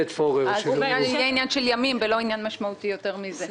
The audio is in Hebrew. אז זה יהיה עניין של ימים ולא עניין משמעותי יותר מזה.